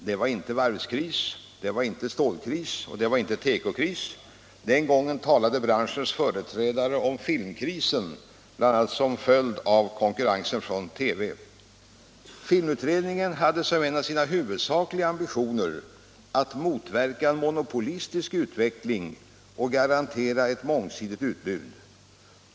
Det var inte varvskris, det var inte stålkris och det var inte tekokris — den gången talade branschens företrädare om filmkrisen, bl.a. som en följd av konkurrensen från TV. Filmutredningen hade som en av sina huvudsakliga ambitioner att motverka en monopolistisk utveckling och garantera ett mångsidigt ut bud.